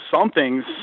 something's